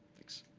thanks.